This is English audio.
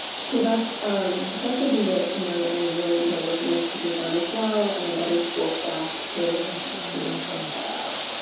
so that's that's something that you know i really enjoy working with teachers on as well and other school staff to sort of flush that out.